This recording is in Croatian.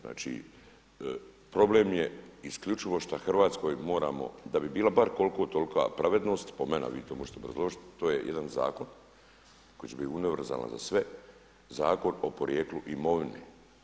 Znači problem je isključivo što Hrvatskoj moramo da bi bila bar koliko tolika pravednost po meni a vi to možete obrazložiti, to je jedan zakon koji će biti univerzalan za sve, Zakon o porijeklu imovine.